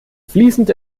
fließend